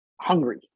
hungry